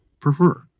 prefer